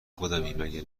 خودمی، مگه